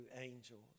angels